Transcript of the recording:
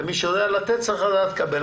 ומי שיודע לתת, צריך לדעת לקבל.